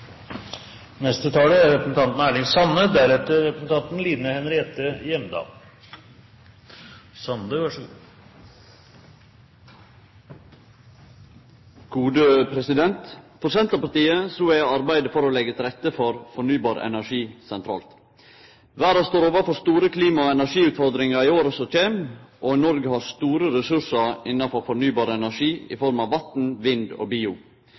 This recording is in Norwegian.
For Senterpartiet er arbeidet for å leggje til rette for fornybar energi sentralt. Verda står overfor store klima- og energiutfordringar i åra som kjem, og Noreg har store ressursar innafor fornybar energi i form av vatn, vind og bio.